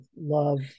love